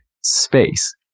space